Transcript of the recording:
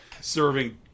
serving